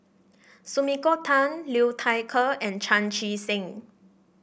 Sumiko Tan Liu Thai Ker and Chan Chee Seng